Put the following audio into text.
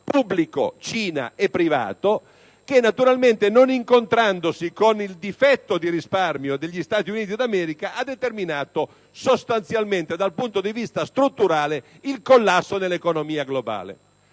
in Cina) e privato, che non incontrandosi con il difetto di risparmio degli Stati Uniti d'America, ha determinato sostanzialmente, dal punto di vista strutturale, il collasso dell'economia globale.